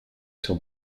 sur